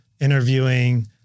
interviewing